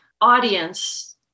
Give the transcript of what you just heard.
audience